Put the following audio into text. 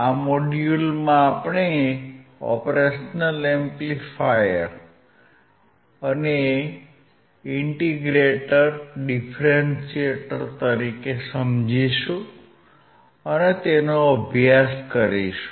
આ મોડ્યૂલમાં આપણે ઓપરેશનલ એમ્પ્લિફાયર ને ઇન્ટીગ્રેટર અને ડીફરન્શીએટર તરીકે સમજીશું અને તેનો અભ્યાસ કરીશું